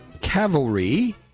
Cavalry